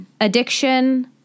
addiction